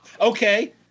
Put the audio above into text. Okay